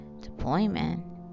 Deployment